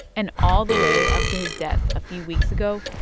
and all the way up to his death a few weeks ago,